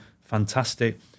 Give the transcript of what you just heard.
Fantastic